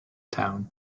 town